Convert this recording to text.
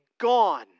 gone